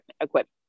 equipment